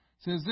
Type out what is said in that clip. says